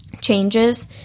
changes